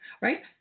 Right